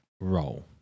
roll